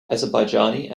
azerbaijani